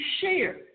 share